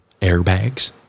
Airbags